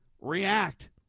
react